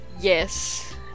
yes